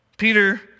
Peter